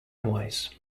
twice